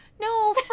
no